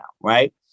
Right